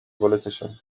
politician